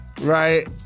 Right